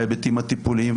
בהיבטים הטיפוליים,